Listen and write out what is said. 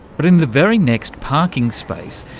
but in the very next parking space,